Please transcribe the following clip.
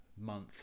month